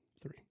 Three